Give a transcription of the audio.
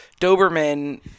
doberman